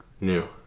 New